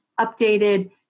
updated